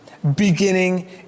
beginning